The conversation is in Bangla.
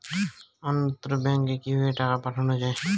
অন্যত্র ব্যংকে কিভাবে টাকা পাঠানো য়ায়?